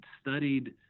studied